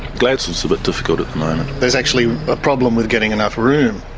gladstone's a bit difficult there's actually a problem with getting enough room?